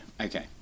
okay